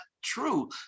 True